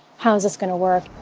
how is this going to work?